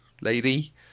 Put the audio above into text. lady